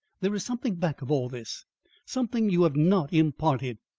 there is something back of all this something you have not imparted.